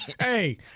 Hey